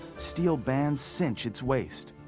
steel bands cinch its waist.